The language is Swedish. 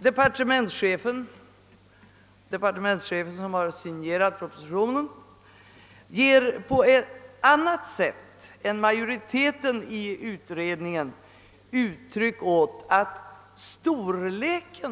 Departementschefen som signerat propositionen ger på ett annat sätt än utredningens majoritet uttryck för tanken att bostadsprojektets storlek